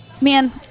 man